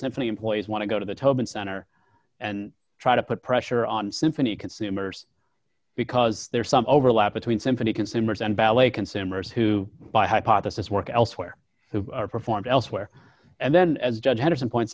symphony employees want to go to the tobin center and try to put pressure on symphony consumers because there's some overlap between symphony consumers and ballet consumers who buy hypothesis work elsewhere who performs elsewhere and then as judge henderson points